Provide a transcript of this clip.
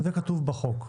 זה כתוב בחוק.